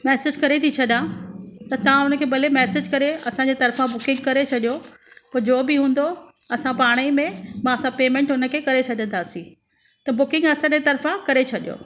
message करे थी छॾां पर तव्हां हुनखे भले मैसेज करे असांजे तर्फ़ां बुकिंग करे छॾियो पोइ जो बि हूंदो असां पाणेई में असां पेमेंट हुनखे करे छॾंदासीं त बुकिंग असांजे तर्फ़ां करे छॾियो